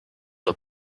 the